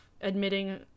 admitting